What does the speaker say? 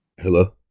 Hello